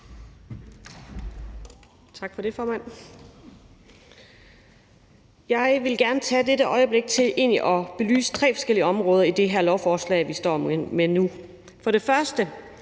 Tak for det, formand. Jeg vil egentlig gerne bruge dette øjeblik til at belyse tre forskellige områder i det her lovforslag, vi står med nu. For det første